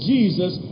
Jesus